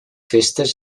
festes